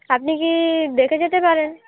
আপনি কি দেখে যেতে পারেন